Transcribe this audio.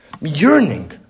yearning